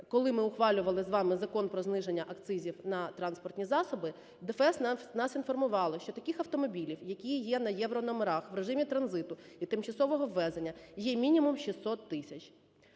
коли ми ухвалювали з вами Закон про зниження акцизів на транспортні засоби, ДФС нас інформувало, що таких автомобілів, які є на єврономерах в режимі транзиту і тимчасового ввезення, є мінімум 600 тисяч.